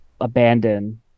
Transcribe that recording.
abandon